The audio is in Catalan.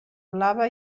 blava